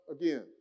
again